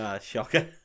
Shocker